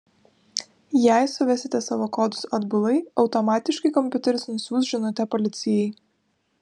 jei suvesite savo kodus atbulai automatiškai kompiuteris nusiųs žinutę policijai